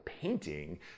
painting